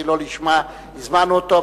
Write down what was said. כי לא לשמה הזמנו אותו.